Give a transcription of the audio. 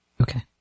Okay